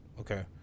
Okay